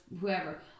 whoever